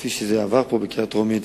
כפי שזה עבר פה בקריאה טרומית,